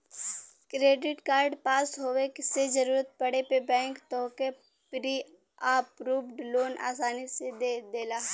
credit card पास होये से जरूरत पड़े पे बैंक तोहके प्री अप्रूव्ड लोन आसानी से दे देला